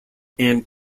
and